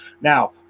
now